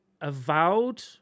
Avowed